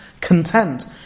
content